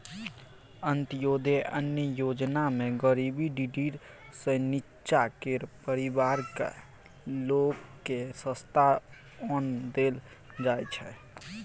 अंत्योदय अन्न योजनामे गरीबी डिडीर सँ नीच्चाँ केर परिबारक लोककेँ सस्ता ओन देल जाइ छै